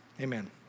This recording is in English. amen